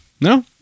no